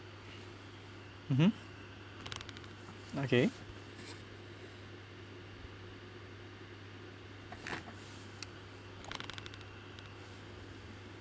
mmhmm okay